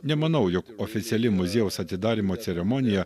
nemanau jog oficiali muziejaus atidarymo ceremonija